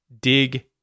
dig